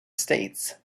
states